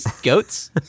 Goats